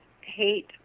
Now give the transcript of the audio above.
hate